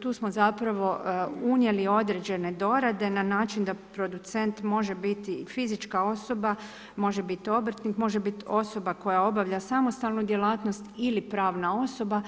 tu smo zapravo unijeli određene dorade na način da producent može biti i fizička osoba, može biti obrtnik, može biti osoba koja obavlja samostalnu djelatnost ili pravna osoba.